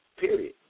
period